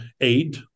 aid